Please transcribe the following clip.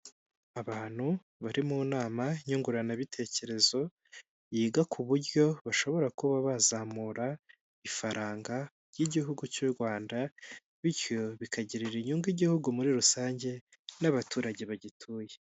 Abantu bari mu nama nyunguranabitekerezo, yiga ku buryo bashobora kuba bazamura ifaranga ry'igihugu cy'u Rwanda, bityo bikagirira inyungu igihugu muri rusange, n'abaturage bagituye.